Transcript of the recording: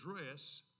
address